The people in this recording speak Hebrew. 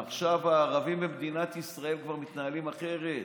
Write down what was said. עכשיו הערבים במדינת ישראל מתנהלים אחרת.